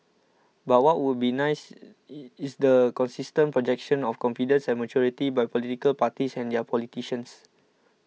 but what would be nice is the consistent projection of confidence and maturity by political parties and their politicians